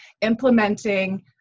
implementing